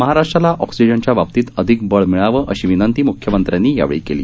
महाराष्ट्राला ऑक्सिजनच्या बाबतीत अधिक बळ मिळावं अशी विनंती म्ख्यमंत्र्यांनी यावेळी केली